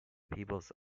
peebles